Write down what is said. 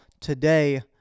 today